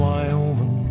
Wyoming